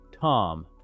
Tom